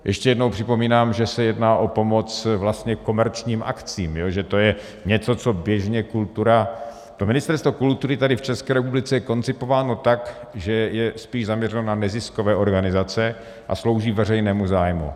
Ještě jednou připomínám, že se jedná o pomoc vlastně komerčním akcím, že to je něco, co běžně kultura Ministerstvo kultury tady v České republice je koncipováno tak, že je spíš zaměřeno na neziskové organizace a slouží veřejnému zájmu.